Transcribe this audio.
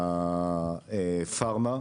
והפארמה.